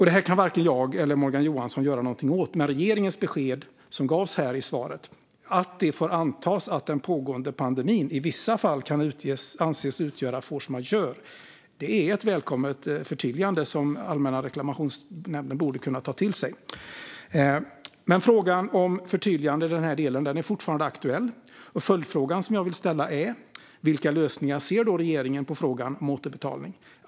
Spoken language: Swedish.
Detta kan varken jag eller Morgan Johansson göra någonting åt. Regeringens besked, som gavs här i svaret, är dock att det får antas att den pågående pandemin i vissa fall kan anses utgöra force majeure. Det är ett välkommet förtydligande som Allmänna reklamationsnämnden borde kunna ta till sig. Men frågan om ett förtydligande i denna del är fortfarande aktuell, och den följdfråga jag vill ställa är vilka lösningar på frågan om återbetalning som regeringen ser.